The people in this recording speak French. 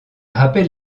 rappelle